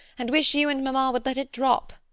and wish you and mamma would let it drop,